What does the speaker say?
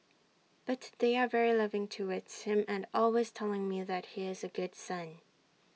but they are very loving towards him and always telling me that he is A good son